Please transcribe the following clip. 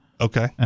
Okay